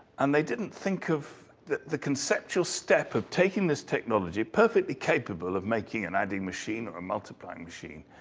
and they didn't think of the the conceptual step of taking this technology, perfectly capable of making an adding machine or a multiplying machine.